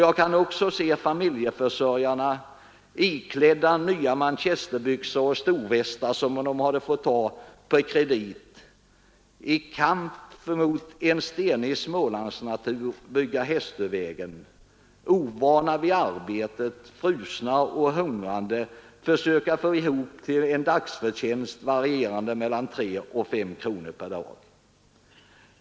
Jag kan också se familjeförsörjarna, iklädda nya manchesterbyxor och storvästar som de hade fått ta på kredit, i kamp mot en stenig Smålandsnatur bygga Hästövägen. Ovana vid arbetet, frusna och hungrande försökte de få ihop en dagsförtjänst, varierande mellan 3 och 5 kronor.